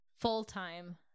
full-time